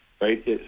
right